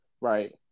right